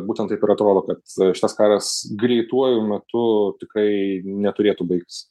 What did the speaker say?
būtent taip ir atrodo kad šitas karas greituoju metu tikrai neturėtų baigtis